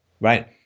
Right